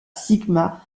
sigma